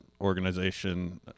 organization